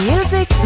Music